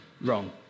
Wrong